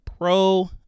pro